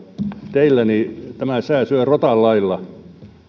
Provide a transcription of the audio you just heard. teillä sää syö rotan lailla